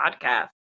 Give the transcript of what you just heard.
podcast